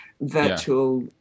virtual